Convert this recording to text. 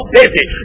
busy